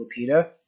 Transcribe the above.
Lupita